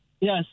Yes